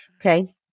okay